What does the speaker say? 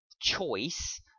choice